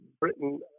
britain